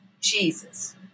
Jesus